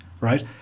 right